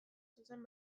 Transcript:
zuzen